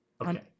Okay